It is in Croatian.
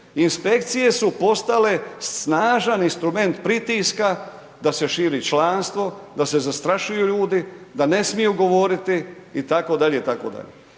Inspekcije su postale snažan instrument pritiska da se širi članstvo, da se zastrašuju ljudi, da ne smiju govoriti, itd.